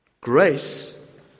Grace